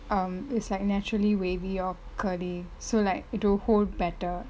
um it's like naturally wavy or curly so like it will hold better